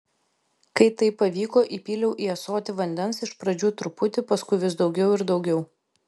kai tai pavyko įpyliau į ąsotį vandens iš pradžių truputį paskui vis daugiau ir daugiau